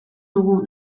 dugu